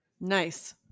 Nice